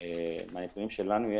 מהנתונים שיש לנו,